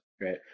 right